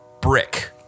brick